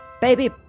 baby